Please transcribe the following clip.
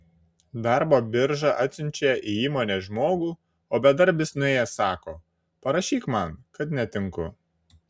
darbo birža atsiunčia į įmonę žmogų o bedarbis nuėjęs sako parašyk man kad netinku